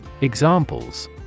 Examples